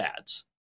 ads